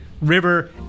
River